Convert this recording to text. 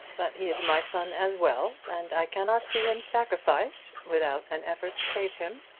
but he is my son as well, and i cannot see him sacrificed without an effort to save him.